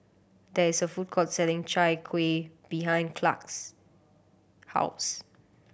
there is a food court selling Chai Kueh behind Clark's house